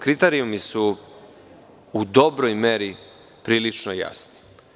Kriterijumi su u dobroj meri prilično jasni.